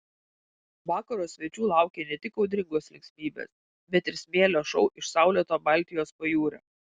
vakaro svečių laukė ne tik audringos linksmybės bet ir smėlio šou iš saulėto baltijos pajūrio